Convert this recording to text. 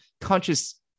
conscious